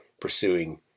pursuing